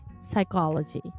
psychology